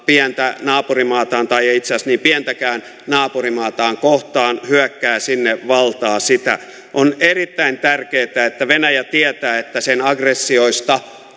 pientä naapurimaataan tai ei itse asiassa niin pientäkään kohtaan hyökkää sinne valtaa sitä on erittäin tärkeätä että venäjä tietää että sen aggressioista